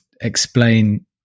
explain